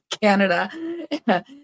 Canada